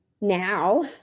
now